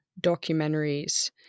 documentaries